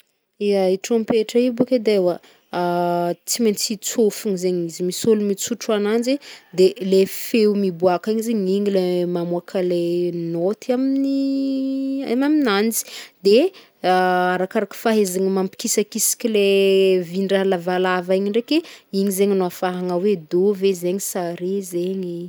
Ya, i trompetra i bôko edy e oa, tsy maintsy tsofigny zegny izy, misy ôlo mitsotro agnanjy de le feo miboàka igny zegny igny le mamoàka le noty amin'n aminanjy, de arakaraka fahaizana mampikisakisaka le vin-draha lavalava igny ndraiky, igny zegny no ahafahany hoe dô ve zegny sa re zegny.